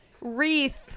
Wreath